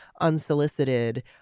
unsolicited